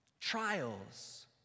Trials